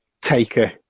Taker